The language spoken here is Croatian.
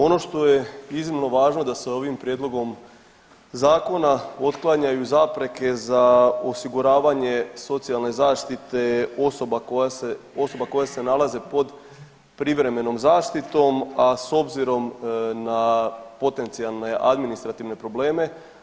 Ono što je iznimno važno da se ovim prijedlogom zakona otklanjaju zapreke za osiguravanje socijalne zaštite osobe koje se nalaze pod privremenom zaštitom, a s obzirom na potencijalne administrativne probleme.